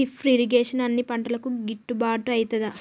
Drip irrigation అన్ని పంటలకు గిట్టుబాటు ఐతదా?